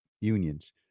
unions